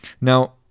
Now